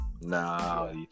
nah